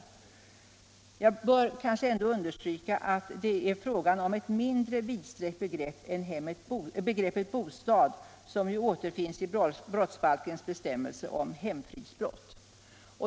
Men jag bör kanske ändå understryka att begreppet hem är mindre vidsträckt än bara begreppet bostad, som ju återfinns i brottsbalkens bestämmelser om hemfridsbrott.